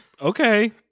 okay